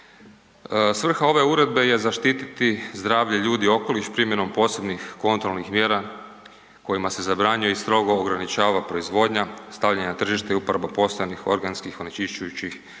Svrha ove uredbe je zaštiti zdravlje ljudi i okoliš primjenom posebnih kontrolnih mjera kojima se zabranjuje i strogo ograničava proizvodnja, stavljanje na tržište i uporaba postojanih organskih onečišćujućih tvari,